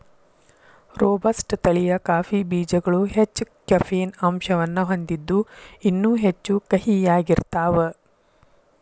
robusta ತಳಿಯ coffee ಬೇಜಗಳು ಹೆಚ್ಚ ಕೆಫೇನ್ ಅಂಶವನ್ನ ಹೊಂದಿದ್ದು ಇನ್ನೂ ಹೆಚ್ಚು ಕಹಿಯಾಗಿರ್ತಾವ